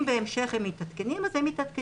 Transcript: אם בהמשך הם מתעדכנים אז הם מתעדכנים.